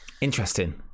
Interesting